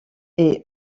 est